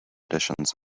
editions